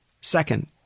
second